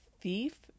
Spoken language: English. thief